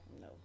No